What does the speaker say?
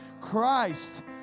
Christ